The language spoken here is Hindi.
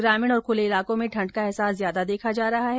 ग्रामीण और ख्ले इलाकों में ठण्ड का अहसास ज्यादा देखा जा रहा है